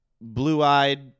blue-eyed